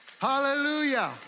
Hallelujah